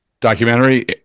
documentary